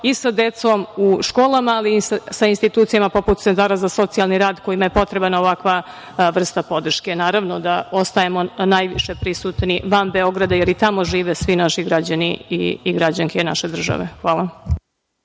i sa decom u školama, ali i sa institucijama poput centara za socijalni rad kojima je potrebna ovakva vrsta podrške. Naravno da ostajemo najviše prisutni van Beograda, jer i tamo žive svi naši građani i građanke naše države. Hvala.